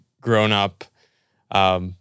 grown-up